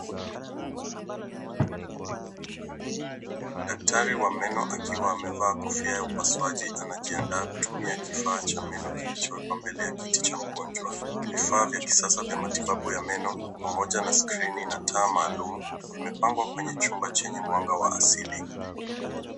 Daktari wa meno akiwa amevaa kofia ya upasuaji .Anajindaa kutumia kifaa cha meno kilichowekwa mbele ya kiti cha mgonjwa. Vifaa vya kisasa vya matibabu ya meno pamoja na skrini na taa maalum. Vimepangwa kwenye chumba chenye mwanga wa asili.